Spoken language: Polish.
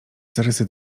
zarysy